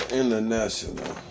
international